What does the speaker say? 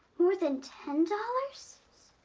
more than ten dollars?